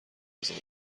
بزنم